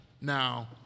Now